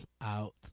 out